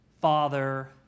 father